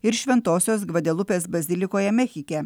ir šventosios gvadelupės bazilikoje mechike